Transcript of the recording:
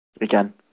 Again